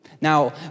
Now